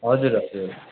हजुर हजुर